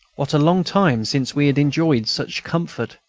what a long time since we had enjoyed such comfort!